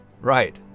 right